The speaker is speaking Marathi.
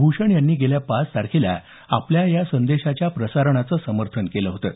भूषण यांनी गेल्या पाच तारखेला आपल्या या संदेशाच्या प्रसारणाचं समर्थन केलं होतं